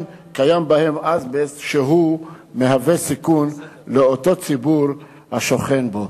קיים בהם אזבסט שמהווה סיכון לאותו ציבור השוכן בהם.